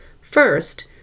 First